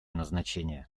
назначения